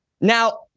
Now